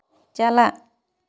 ᱪᱟᱞᱟᱜ